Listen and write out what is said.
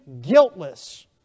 guiltless